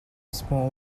small